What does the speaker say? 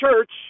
church